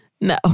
No